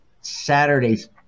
Saturday's